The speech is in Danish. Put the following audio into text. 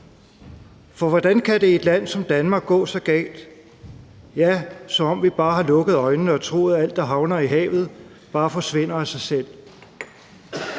For hvordan kan det i et land som Danmark gå så galt? Det er, som om vi bare har lukket øjnene og troet, at alt, der havner i havet, bare forsvinder af sig selv.